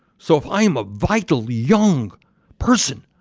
so if i'm a vital, young person,